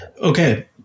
Okay